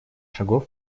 шагов